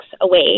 away